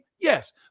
Yes